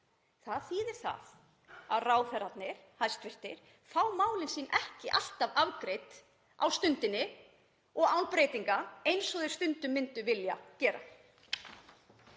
Það þýðir það að hæstv. ráðherrar fá málin sín ekki alltaf afgreidd á stundinni og án breytinga eins og þeir stundum myndu vilja gera.